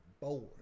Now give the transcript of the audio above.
bored